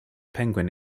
penguin